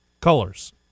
Colors